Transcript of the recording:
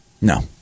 No